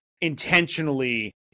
intentionally